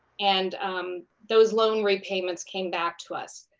and um those loan repayments came back to us.